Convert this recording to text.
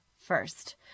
first